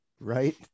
right